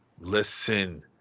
Listen